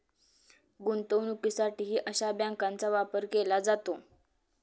गुंतवणुकीसाठीही अशा बँकांचा वापर केला जातो